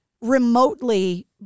remotely